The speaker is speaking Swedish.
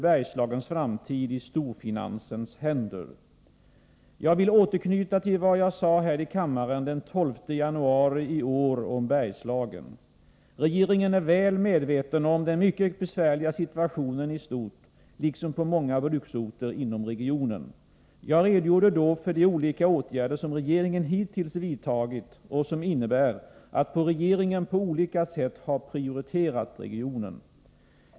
Jag vill återknyta till vad jag sade här i kammaren den 12 januari om 37 Bergslagen. Regeringen är väl medveten om den mycket besvärliga situationen i stort, liksom om situationen på många bruksorter inom regionen. Jag redogjorde då för de olika åtgärder som regeringen hittills vidtagit och som innebär att regeringen på olika sätt har prioriterat regionen.